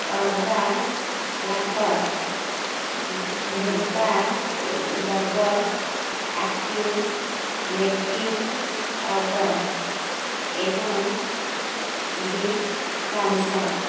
urban platter vegan double acting baking powder ଏବଂ big SAMS